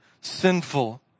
sinful